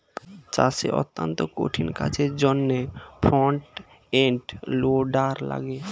চাষের অত্যন্ত কঠিন কাজের জন্যে ফ্রন্ট এন্ড লোডার লাগে